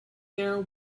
their